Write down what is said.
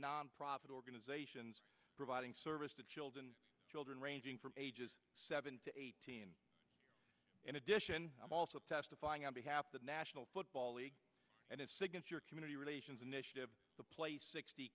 nonprofit organizations providing service to children children ranging from ages seven to eighteen in addition i'm also testifying on behalf of the national football league and its signature community relations initiative the place sixty